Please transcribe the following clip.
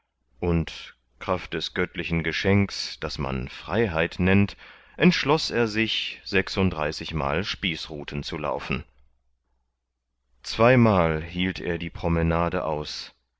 und kraft des göttlichen geschenks das man freiheit nennt entschloß er sich sechsunddreißigmal spießruthen zu laufen zweimal hielt er die promenade aus